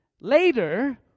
Later